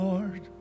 Lord